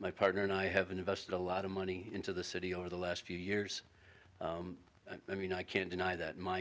my partner and i have invested a lot of money into the city over the last few years i mean i can't deny that my